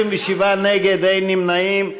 27 נגד, אין נמנעים.